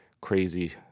crazy